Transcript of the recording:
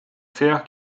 faire